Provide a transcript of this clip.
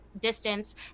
distance